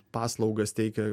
paslaugas teikia